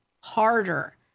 harder